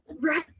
Right